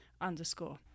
underscore